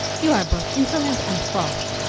you are both insolent and false.